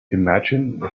imagine